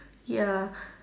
ya